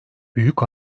büyük